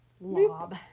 lob